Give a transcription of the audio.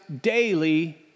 daily